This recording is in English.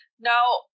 Now